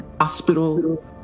hospital